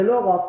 ולא רק.